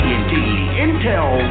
Intel